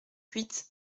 huit